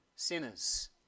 sinners